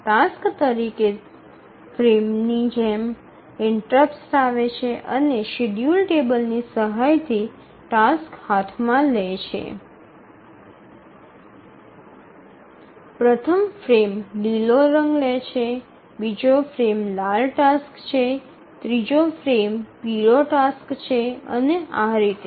task તરીકે ફ્રેમની જેમ ઇન્ટરપ્ટસ્ આવે છે શેડ્યૂલર ટેબલની સહાય થી ટાસ્ક હાથમાં લે છે પ્રથમ ફ્રેમ લીલો રંગ લે છે બીજો ફ્રેમ લાલ ટાસ્ક લે છે ત્રીજો ફ્રેમ પીળો ટાસ્ક લે છે અને આ રીતે